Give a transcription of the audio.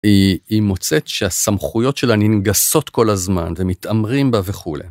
היא מוצאת שהסמכויות שלה ננגסות כל הזמן ומתעמרים בה וכולי.